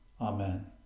Amen